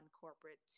corporate